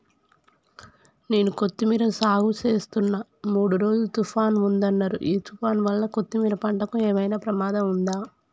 నేను కొత్తిమీర సాగుచేస్తున్న మూడు రోజులు తుఫాన్ ఉందన్నరు ఈ తుఫాన్ వల్ల కొత్తిమీర పంటకు ఏమైనా ప్రమాదం ఉందా?